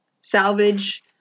salvage